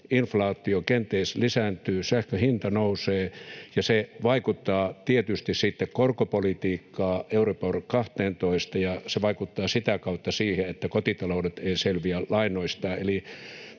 inflaatio kenties lisääntyy, sähkön hinta nousee ja se vaikuttaa tietysti sitten korkopolitiikkaan, euribor 12:een ja se vaikuttaa sitä kautta siihen, että kotitaloudet eivät selviä lainoistaan.